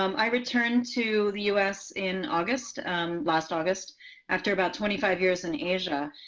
um i returned to the us in august last august after about twenty five years in asia.